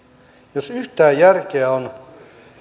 jos yhtään järkeä on